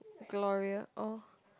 Gloria orh